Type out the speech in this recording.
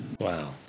Wow